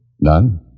None